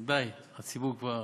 די, הציבור כבר